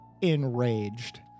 enraged